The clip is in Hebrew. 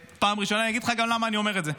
פעם ראשונה, ואני אגיד לך גם למה אני אומר את זה.